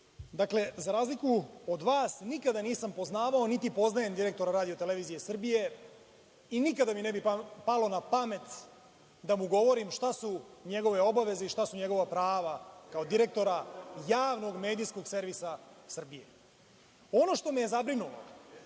Arsiću. Dakle, za razliku od vas nikada nisam poznavao niti poznajem direktora RTS i nikada mi ne bi palo na pamet da mu govorim šta su njegove obaveze i šta su njegova prava kao direktora Javnog medijskog servisa Srbije. Ono što me je zabrinulo